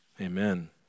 Amen